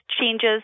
changes